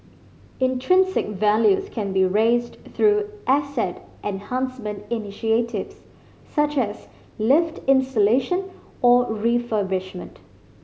intrinsic values can be raised through asset enhancement initiatives such as lift installation or refurbishment